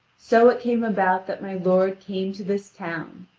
so it came about that my lord came to this town,